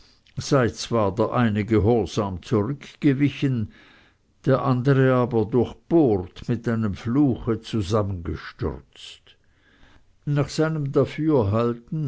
sei zwar der eine gehorsam zurückgewichen der andere aber durchbohrt mit einem fluche zusammengestürzt nach seinem dafürhalten